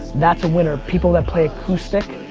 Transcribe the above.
that's a winner. people that play acoustic,